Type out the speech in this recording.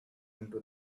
into